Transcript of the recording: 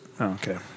Okay